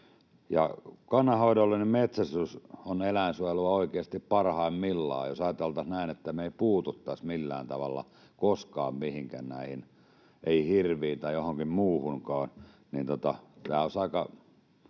Kannanhoidollinen metsästys on eläinsuojelua oikeasti parhaimmillaan. Jos ajateltaisiin näin, että me ei puututtaisi millään tavalla koskaan mihinkään näihin, ei hirviin tai johonkin muuhunkaan, niin tämä olisi aika